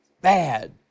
Bad